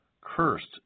Cursed